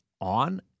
on